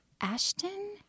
Ashton